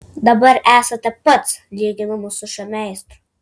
dabar esate pats lyginamas su šiuo meistru